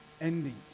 endings